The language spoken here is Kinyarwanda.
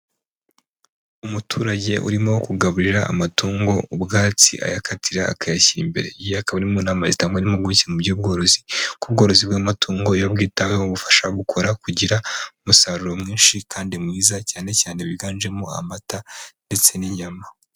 Umuturage urimo kugaburira amatungo ubwatsi ayakatira akayashyira imbere, iyi akaba ari mu inama zitangwa n'impuguke mu by'ubworozi, kuko ubworozi bw'amatungo, iyo bwitaweho bufasha gukora, kugira umusaruro mwinshi kandi mwiza, cyane cyane biganjemo amata ndetse n'inyama.